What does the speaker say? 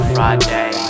Friday